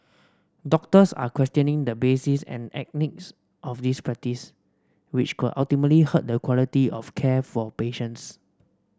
doctors are questioning the basis and ethics of this practice which could ultimately hurt the quality of care for patients